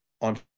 on